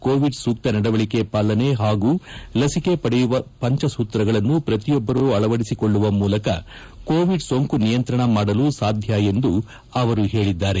Covid ಸೂಕ್ತ ನಡವಳಿಕೆ ಪಾಲನೆ ಹಾಗೂ ಲಸಿಕೆ ಪಡೆಯುವ ಪಂಚಸೂತ್ರಗಳನ್ನು ಪ್ರತಿಯೊಬ್ಬರು ಅಳವಡಿಸಿಕೊಳ್ಳುವ ಮೂಲಕ ಕೋವಿಡ್ ಸೋಂಕು ನಿಯಂತ್ರಣ ಮಾಡಲು ಸಾಧ್ಯ ಎಂದು ಅವರು ಹೇಳಿದ್ದಾರೆ